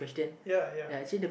ya ya